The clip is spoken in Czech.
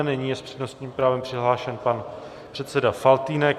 Nyní je s přednostním právem přihlášen pan předseda Faltýnek.